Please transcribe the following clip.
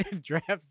draft